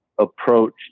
approach